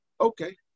Okay